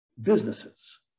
businesses